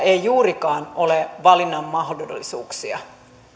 ei juurikaan ole valinnan mahdollisuuksia